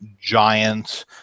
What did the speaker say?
giant